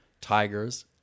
tigers